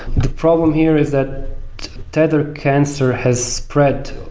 the problem here is that tether cancer has spread,